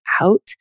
out